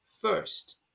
first